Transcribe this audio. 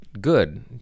good